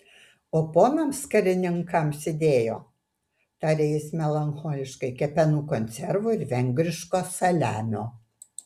o ponams karininkams įdėjo tarė jis melancholiškai kepenų konservų ir vengriško saliamio